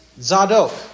Zadok